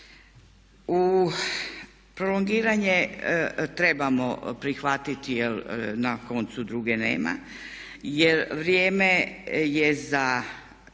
U prolongiranje trebamo prihvatiti na koncu druge nema jer vrijeme je za